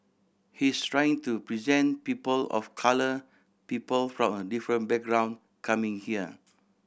he's trying to present people of colour people from a different background coming here